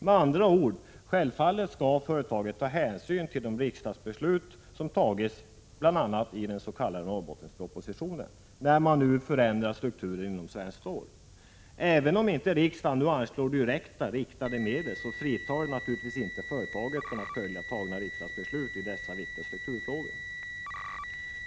Med andra ord: Självfallet skall företaget ta hänsyn till de riksdagsbeslut som fattats bl.a. enligt den s.k. Norrbottenpropositionen, när man nu förändrar strukturen inom Svenskt Stål. Även om inte riksdagen nu anslår direkta medel, så fritar det naturligtvis inte företaget från att följa fattade riksdagsbeslut i dessa viktiga strukturfrågor.